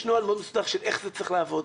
יש נוהל מאוד מסודר איך זה צריך לעבוד.